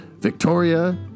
Victoria